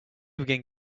begin